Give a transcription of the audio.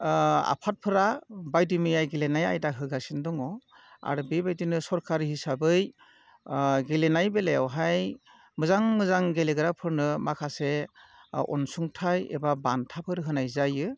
आफादफोरा बायदि मैया गेलेनाय आयदा होगासिनो दङ आरो बेबायदिनो सरखारि हिसाबै गेलेनाय बेलायावहाय मोजां मोजां गेलेग्राफोरनो माखासे अनसुंथाय एबा बान्थाफोर होनाय जायो